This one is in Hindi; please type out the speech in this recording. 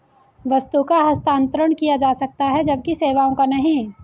वस्तु का हस्तांतरण किया जा सकता है जबकि सेवाओं का नहीं